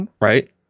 Right